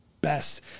best